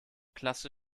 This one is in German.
klasse